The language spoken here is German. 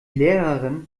lehrerin